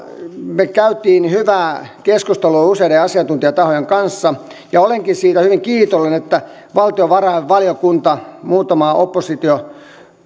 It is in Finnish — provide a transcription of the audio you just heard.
me kävimme hyvää keskustelua useiden asiantuntijatahojen kanssa olenkin siitä hyvin kiitollinen että valtiovarainvaliokunta muutamaa opposition